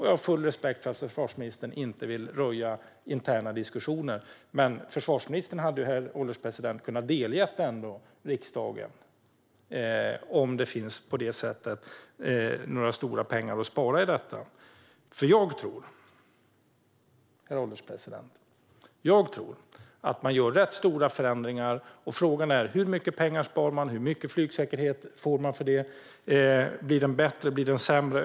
Jag har full respekt för att försvarsministern inte vill röja interna diskussioner, men han hade ändå, herr ålderspresident, kunnat delge riksdagen huruvida det på detta sätt finns några stora pengar att spara på detta område. Jag tror, herr ålderspresident, att man gör stora förändringar. Frågan är hur mycket pengar man sparar och hur mycket flygsäkerhet man får för detta. Blir den bättre eller sämre?